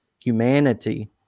humanity